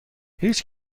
هیچ